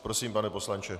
Prosím, pane poslanče.